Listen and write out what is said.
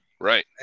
Right